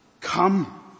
Come